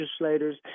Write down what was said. legislators